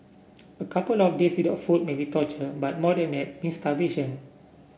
a couple of days without food may be torture but more than that means starvation